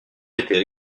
étaient